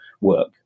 work